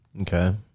Okay